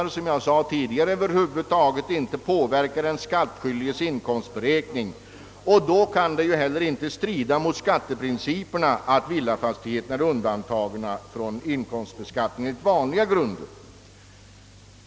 Eftersom den skattskyldiges levnadskostnader över huvud taget inte ansetts böra påverka den skattemässiga inkomstberäkningen, kan det inte anses strida mot principerna för beskattningen, att villafastigheterna är undantagna från inkomstskatt enligt vanliga grunder.